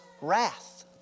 wrath